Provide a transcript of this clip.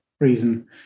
reason